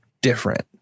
different